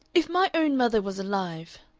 if my own mother was alive,